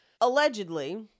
allegedly